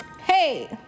Hey